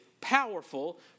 powerful